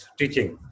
teaching